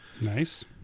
nice